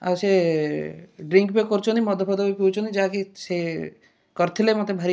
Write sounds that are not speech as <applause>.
ଆଉ ସିଏ ଡ୍ରିଙ୍କ୍ <unintelligible> କରୁଛନ୍ତି ମଦ ଫଦ ବି ପିଉଛନ୍ତି ଯାହା କି ସେ କରିଥିଲେ ମତେ ଭାରି